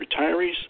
retirees